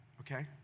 Okay